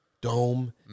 dome